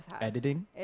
Editing